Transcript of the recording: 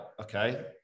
okay